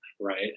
right